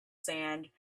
sand